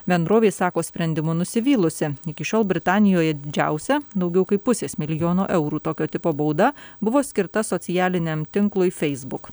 bendrovė sako sprendimu nusivylusi iki šiol britanijoje didžiausia daugiau kaip pusės milijono eurų tokio tipo bauda buvo skirta socialiniam tinklui feisbuk